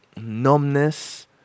numbness